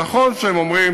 נכון שהם אומרים